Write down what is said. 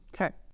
Okay